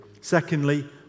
Secondly